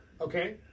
Okay